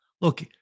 Look